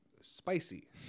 spicy